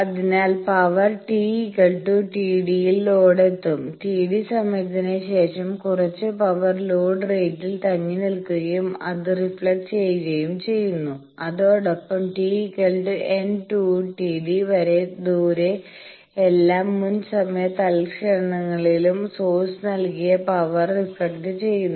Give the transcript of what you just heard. അതിനാൽ power t Td ൽ ലോഡിലെത്തും T d സമയത്തിന് ശേഷം കുറച്ച് പവർ ലോഡ് റേറ്റിൽ തങ്ങിനിൽക്കുകയും അത് റിഫ്ലക്ട് ചെയുകയും ചെയ്യുന്നു അതോടൊപ്പം t n 2Td ദൂരെ എല്ലാ മുൻ സമയ തൽക്ഷണങ്ങളിലും സോഴ്സ് നൽകിയ പവർ റിഫ്ലക്ട് ചെയ്യുന്നു